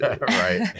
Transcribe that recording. Right